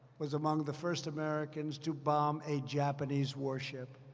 was among the first americans to bomb a japanese warship.